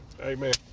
Amen